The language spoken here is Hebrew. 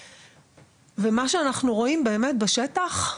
מה שאנחנו רואים באמת בשטח,